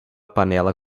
panela